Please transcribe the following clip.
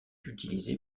utilisée